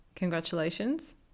Congratulations